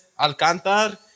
Alcantar